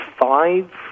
five